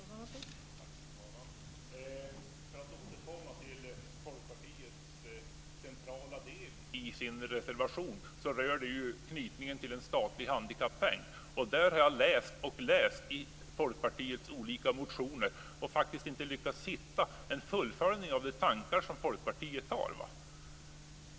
Fru talman! För att återkomma till den centrala delen i Folkpartiets reservation vill jag peka på att den ju rör knytningen till en statlig handikappeng. Jag har läst och läst i Folkpartiets olika motioner och faktiskt inte lyckats hitta en fullföljning av de tankar som Folkpartiet har.